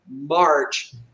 march